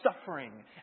suffering